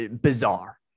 bizarre